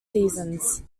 seasons